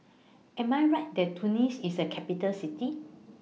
Am I Right that Tunis IS A Capital City